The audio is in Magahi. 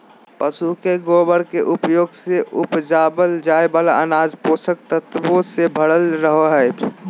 पशु के गोबर के उपयोग से उपजावल जाय वाला अनाज पोषक तत्वों से भरल रहो हय